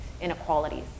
inequalities